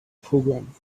program